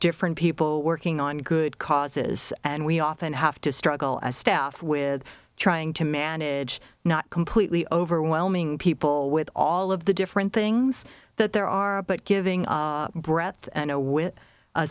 different people working on good causes and we often have to struggle as staff with trying to manage not completely overwhelming people with all of the different things that there are but giving breath and with